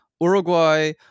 Uruguay